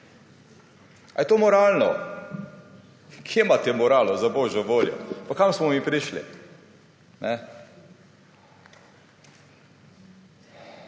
Ali je to moralno? Kje imate moralo, za božjo voljo?! Kam smo mi prišli?